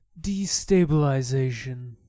destabilization